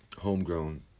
homegrown